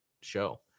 show